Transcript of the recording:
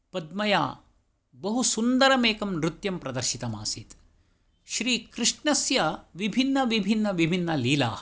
पद्मया बहु सुन्द्ररमेकं नृत्यं प्रदर्शितमासीत् श्रीकृष्णस्य विभिन्नविभिन्नविभिन्नलीलाः